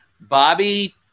Bobby